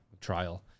Trial